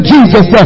Jesus